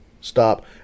stop